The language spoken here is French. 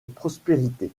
prospérité